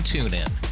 TuneIn